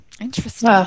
Interesting